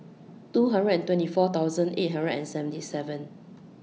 two hundred and twenty four thousand eight hundred and seventy seven